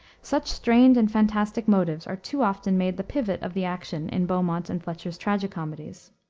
such strained and fantastic motives are too often made the pivot of the action in beaumont and fletcher's tragi-comedies.